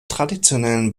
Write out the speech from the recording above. traditionellen